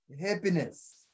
happiness